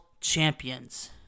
champions